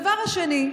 הדבר השני,